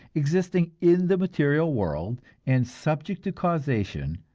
existing in the material world and subject to causation,